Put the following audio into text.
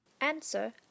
Answer